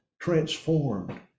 transformed